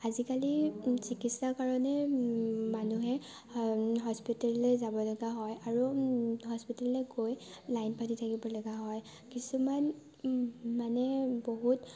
আজিকালি চিকিৎসাৰ কাৰণে মানুহে হস্পিতেললৈ যাব লগা হয় আৰু হস্পিতেললৈ গৈ লাইন পাতি থাকিব লগা হয় কিছুমান মানে বহুত